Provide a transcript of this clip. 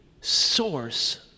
source